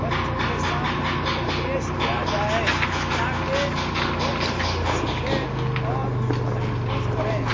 بچوں کے سامنے پیش کیا جائے تا کہ وہ اس کو سیکھیں اور اس کو محفوظ کریں